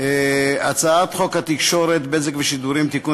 הצעת חוק התקשורת (בזק ושידורים) (תיקון